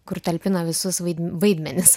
kur talpina visus vaid vaidmenis